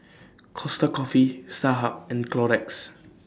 Costa Coffee Starhub and Clorox